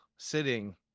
Sitting